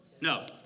No